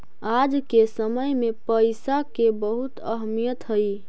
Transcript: आज के समय में पईसा के बहुत अहमीयत हई